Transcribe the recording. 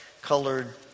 colored